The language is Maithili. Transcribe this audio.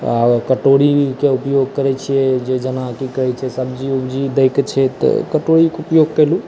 कटोरी के उपयोग करै छियै जे जेना की कहै छै सब्जी उब्जी दै के छै तऽ कटोरी के उपयोग केलहुॅं